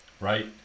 right